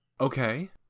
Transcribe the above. Okay